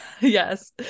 yes